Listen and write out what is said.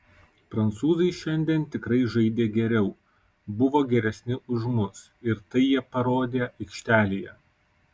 prancūzai šiandien tikrai žaidė geriau buvo geresni už mus ir tai jie parodė aikštelėje